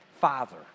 Father